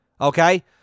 okay